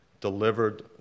delivered